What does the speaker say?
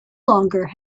longer